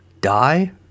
die